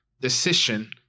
decision